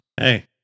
Hey